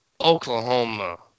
Oklahoma